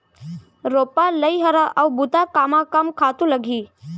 रोपा, लइहरा अऊ बुता कामा कम खातू लागही?